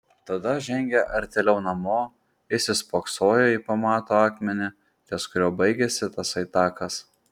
tada žengė artėliau namo įsispoksojo į pamato akmenį ties kuriuo baigėsi tasai takas